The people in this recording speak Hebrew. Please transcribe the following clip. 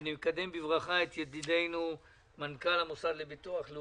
אני מקדם בברכה את ידידנו מנכ"ל המוסד לביטוח לאומי,